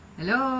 Hello